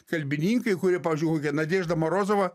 kalbininkai kurie pavyzdžiui kokia nadiežda morozova